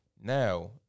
Now